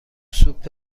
سوپ